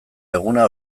eguna